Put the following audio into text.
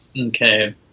okay